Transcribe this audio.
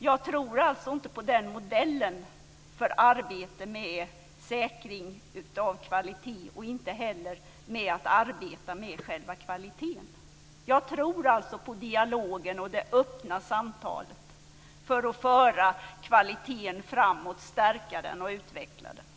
Jag tror inte på den modellen för arbete med kvalitetssäkring och inte heller för arbete med själva kvaliteten. Jag tror på dialogen och det öppna samtalet för att stärka och utveckla kvaliteten.